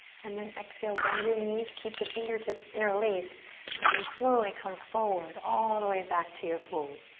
and then exhale, bend your knees. keep the fingertips interlaced as you slowly come forward. all the way back to your fold.